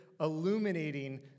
illuminating